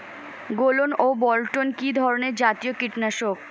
গোলন ও বলটন কি ধরনে জাতীয় কীটনাশক?